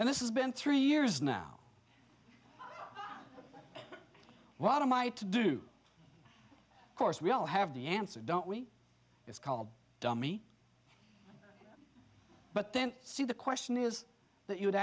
and this is been three years now what am i to do course we all have the answer don't worry it's called dummy but then see the question is that you would